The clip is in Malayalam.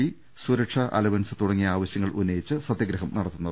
പി സുരക്ഷാ അല്വൻസ് തുടങ്ങിയ ആവശ്യങ്ങൾ ഉന്ന യിച്ച് സത്യഗ്രഹം നടത്തുന്നത്